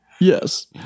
yes